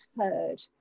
heard